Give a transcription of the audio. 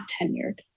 tenured